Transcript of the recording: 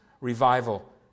revival